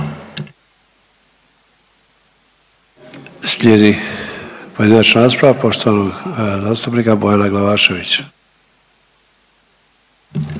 Slijedi pojedinačna rasprava poštovanog zastupnika Bojana Glavaševića.